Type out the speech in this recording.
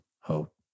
hope